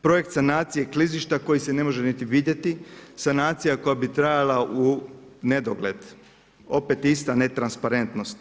Projekt sanacije klizišta koji se ne može niti vidjeti, sanacija koja bi trajala u nedogled, opet ista ne transparentnost.